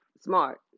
smart